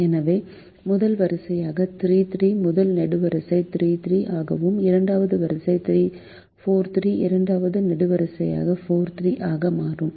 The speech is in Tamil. எனவே முதல் வரிசையான 33 முதல் நெடுவரிசை 33 ஆகவும் இரண்டாவது வரிசையான 43 இரண்டாவது நெடுவரிசையாகவும் 43 ஆக மாறும்